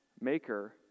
maker